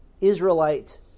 Israelite